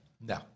No